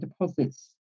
deposits